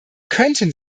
könnten